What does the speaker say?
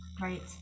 right